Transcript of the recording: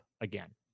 again